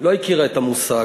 לא הכירה את המושג,